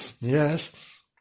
yes